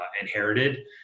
inherited